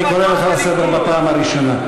אני קורא אותך לסדר בפעם הראשונה.